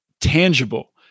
Tangible